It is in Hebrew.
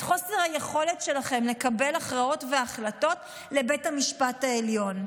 חוסר היכולת שלכם לקבל הכרעות והחלטות לבית המשפט העליון,